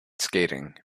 skating